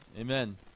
Amen